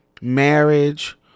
marriage